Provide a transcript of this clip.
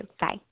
Bye